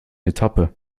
etappe